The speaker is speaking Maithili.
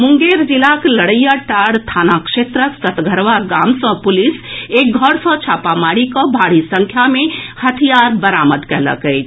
मुंगेर जिलाक लड़ैयांटांड थाना क्षेत्रक सतघरवा गाम सँ पुलिस एक घर सँ छापामारी कऽ भारी संख्या मे हथियार बरामद कयलक अछि